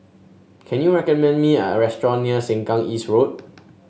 can you recommend me a restaurant near Sengkang East Road